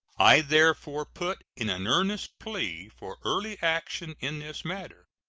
i therefore put in an earnest plea for early action in this matter,